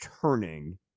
turning